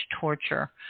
torture